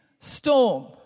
storm